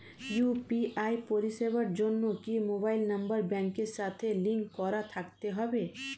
UPI পরিষেবার জন্য কি মোবাইল নাম্বার ব্যাংকের সাথে লিংক করা থাকতে হবে?